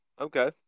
okay